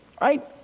right